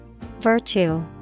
Virtue